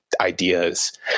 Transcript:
Ideas